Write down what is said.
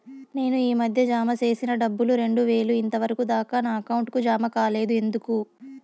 నేను ఈ మధ్య జామ సేసిన డబ్బులు రెండు వేలు ఇంతవరకు దాకా నా అకౌంట్ కు జామ కాలేదు ఎందుకు?